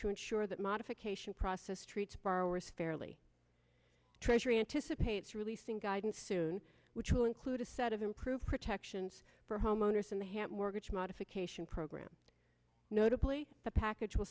to ensure that modification process treats borrowers fairly treasury anticipates releasing guidance soon which will include a set of improved protections for homeowners in the hand mortgage modification program notably the package will